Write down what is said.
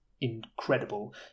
incredible